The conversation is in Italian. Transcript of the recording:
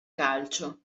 calcio